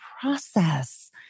process